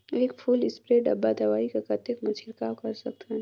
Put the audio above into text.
एक full spray डब्बा दवाई को कतेक म छिड़काव कर सकथन?